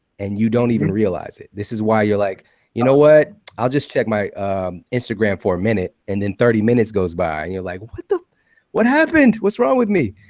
and you don't even realize it. this is why you're like you know what? i'll just check my instagram for a minute, and then thirty minutes goes by, and you're like what the what happened? what's wrong with me?